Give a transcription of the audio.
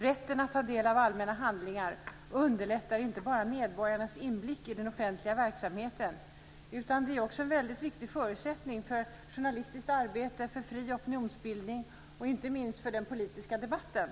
Rätten att ta del av allmänna handlingar underlättar inte bara medborgarnas inblick i den offentliga verksamheten utan är också en viktig förutsättning för journalistiskt arbete, fri opinionsbildning och inte minst för den politiska debatten.